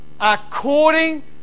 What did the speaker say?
according